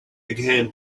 began